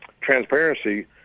transparency